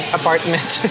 apartment